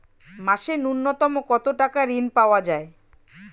মাসে নূন্যতম কত টাকা ঋণ পাওয়া য়ায়?